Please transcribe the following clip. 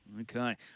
Okay